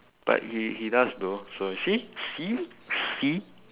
but he he does though so you see see see